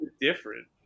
Different